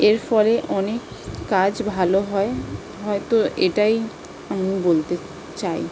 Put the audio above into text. এর ফলে অনেক কাজ ভালো হয় হয়তো এটাই আমি বলতে চাই